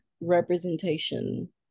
representation